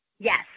Yes